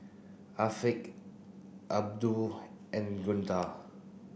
Afiqah Abdul and Guntur